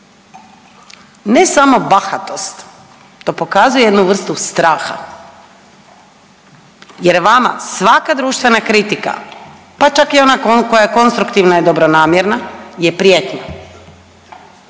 ne samo bahatost, to pokazuje jednu vrstu straha jer vama svaka društvena kritika, pa čak i ona koja je konstruktivna je dobronamjerna je prijetnja.